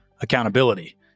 accountability